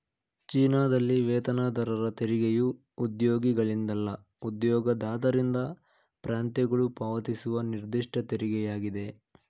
ಚೀನಾದಲ್ಲಿ ವೇತನದಾರರ ತೆರಿಗೆಯು ಉದ್ಯೋಗಿಗಳಿಂದಲ್ಲ ಉದ್ಯೋಗದಾತರಿಂದ ಪ್ರಾಂತ್ಯಗಳು ಪಾವತಿಸುವ ನಿರ್ದಿಷ್ಟ ತೆರಿಗೆಯಾಗಿದೆ